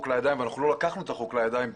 לידיים ובכלל לא לקחנו את החוק לידיים.